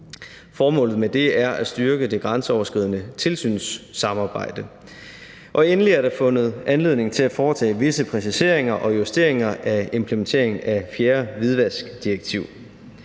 Formålet med det er at styrke det grænseoverskridende tilsynssamarbejde. Endelig er der fundet anledning til at foretage visse præciseringer og justeringer af implementeringen af 4. hvidvaskdirektiv.